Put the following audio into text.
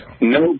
No